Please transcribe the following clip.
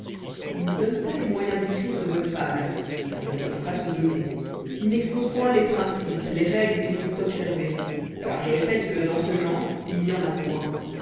il n'y donne pas les moyens d'écrire de bonnes fables car ils ne peuvent pas se donner il n'expose point les principes les règles qu'il faut observer car je répète que dans ce genre il n'y en a point